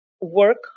work